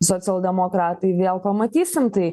socialdemokratai vėl pamatysim tai